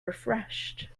refreshed